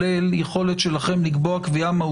כל עוד הוא לא שינה את